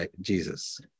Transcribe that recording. Jesus